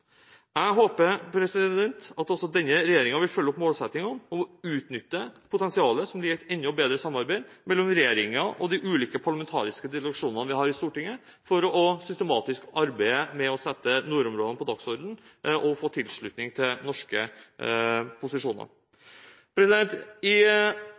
Jeg håper at også denne regjeringen vil følge opp målsettingene om å utnytte potensialet som ligger i et enda bedre samarbeid mellom regjeringen og de ulike parlamentariske delegasjonene vi har i Stortinget, for systematisk å arbeide med å sette nordområdene på dagsordenen og få tilslutning til norske posisjoner. Ved dannelsen av Arktisk råd og i